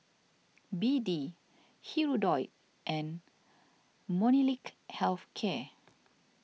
B D Hirudoid and Molnylcke Health Care